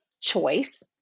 choice